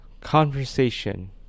conversation